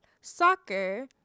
soccer